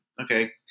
Okay